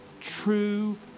true